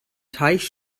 teich